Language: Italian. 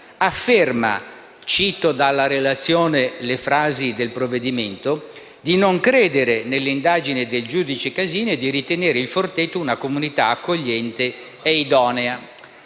afferma (e cito dalla relazione le frasi del provvedimento) di non credere nell'indagine del giudice Casini e di ritenere Il Forteto una comunità accogliente e idonea.